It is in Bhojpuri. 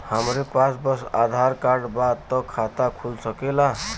हमरे पास बस आधार कार्ड बा त खाता खुल सकेला?